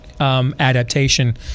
Adaptation